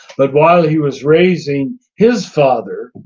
but while he was raising his father,